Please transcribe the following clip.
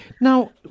Now